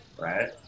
Right